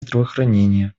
здравоохранение